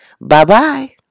Bye-bye